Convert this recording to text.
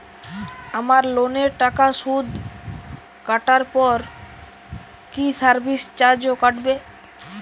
আমার লোনের টাকার সুদ কাটারপর কি সার্ভিস চার্জও কাটবে?